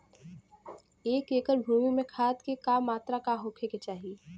एक एकड़ भूमि में खाद के का मात्रा का होखे के चाही?